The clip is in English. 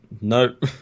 Nope